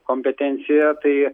kompetencijoje tai